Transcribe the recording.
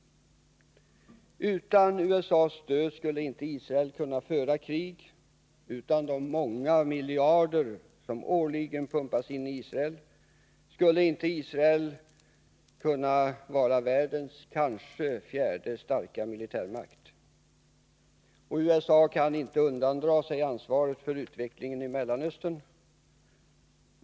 Utan USA:s stöd skulle inte Israel kunna föra krig. Utan de många miljarder som årligen pumpas in i Israel skulle inte Israel kunna vara världens kanske fjärde militärmakt i styrka. USA kan inte undandra sig ansvaret för utvecklingen i Mellanöstern.